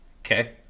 Okay